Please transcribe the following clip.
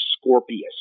Scorpius